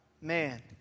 Man